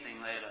later